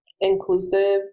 inclusive